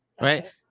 right